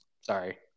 Sorry